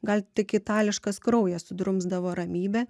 gal tik itališkas kraujas sudrumsdavo ramybę